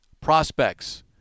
prospects